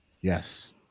Yes